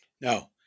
No